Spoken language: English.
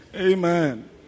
Amen